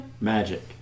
Magic